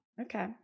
Okay